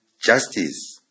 justice